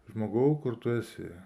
žmogau kur tu esi